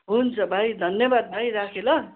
हुन्छ भाइ धन्यवाद भाइ राखेँ ल